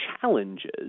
challenges